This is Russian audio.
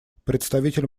представитель